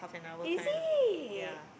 is it